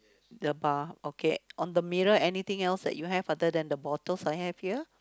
the bar okay on the mirror anything else that you have other than the bottles I have here